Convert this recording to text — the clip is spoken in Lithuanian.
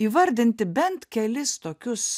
įvardinti bent kelis tokius